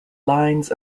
lines